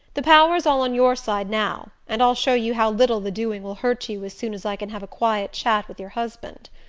the power's all on your side now and i'll show you how little the doing will hurt you as soon as i can have a quiet chat with your husband.